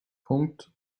punkt